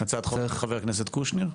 הצעת החוק של חבר הכנסת קושניר?